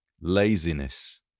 laziness